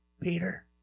Peter